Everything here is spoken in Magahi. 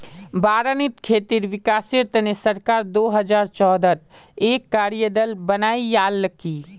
बारानीत खेतीर विकासेर तने सरकार दो हजार चौदहत एक कार्य दल बनैय्यालकी